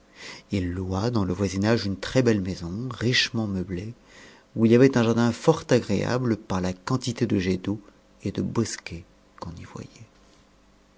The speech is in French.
m loua dans le voisinage une très bette maison richement meublée où il y avait un jardin fort agréable par la quantité de jets d'eau et de bosquets qu'on y voyait